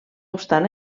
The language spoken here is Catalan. obstant